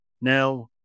Now